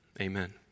amen